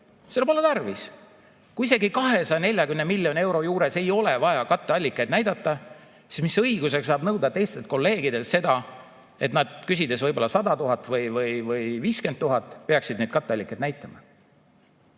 Seda pole tarvis. Kui isegi 240 miljoni euro juures ei ole vaja katteallikaid näidata, siis mis õigusega saab nõuda teistelt kolleegidelt seda, et nad küsides 100 000 või 50 000, peaksid katteallikaid näitama?